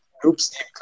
groups